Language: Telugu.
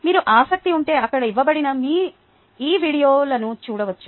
మీకు ఆసక్తి ఉంటే అక్కడ ఇవ్వబడిన ఈ వీడియోలను చూడవచ్చు